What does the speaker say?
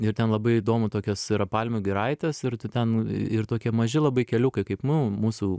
ir ten labai įdomu tokios yra palmių giraitės ir tu ten ir tokie maži labai keliukai kaip nu mūsų